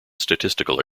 statistical